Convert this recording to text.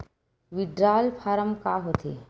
Withdrawal form का होथे?